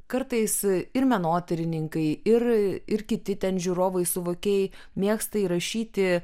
kartais ir menotyrininkai ir ir kiti ten žiūrovui suvokėjai mėgsta įrašyti